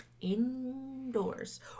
Indoors